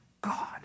God